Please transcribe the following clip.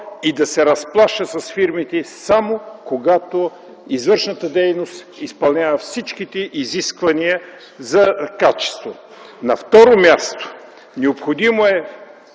и да се разплащат с фирмите само, когато извършената дейност изпълнява всичките изисквания за качество. На второ място, необходимо е